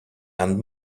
and